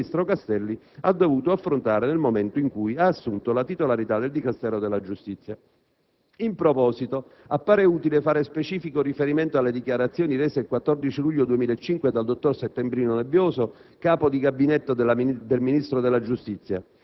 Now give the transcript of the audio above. emerse, relative alle gravi difficoltà che il ministro Castelli dovette affrontare nel momento in cui ha assunto la titolarità del Dicastero della giustizia. In proposito, appare utile fare specifico riferimento alle dichiarazioni rese il 4 luglio 2005 dal dottor Settembrino Nebbioso,